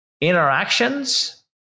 interactions